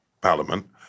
Parliament